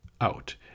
out